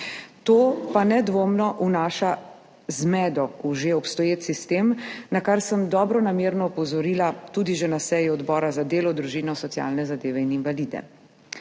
to pa nedvomno vnaša zmedo v že obstoječ sistem, na kar sem dobronamerno opozorila tudi že na seji Odbora za delo, družino, socialne zadeve in invalide.